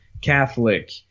Catholic